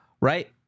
right